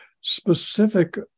specific